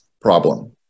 problem